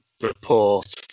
report